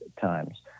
times